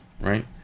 right